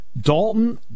Dalton